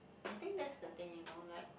I think that's the thing you know like